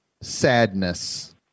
sadness